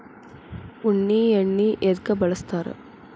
ಉಣ್ಣಿ ಎಣ್ಣಿ ಎದ್ಕ ಬಳಸ್ತಾರ್?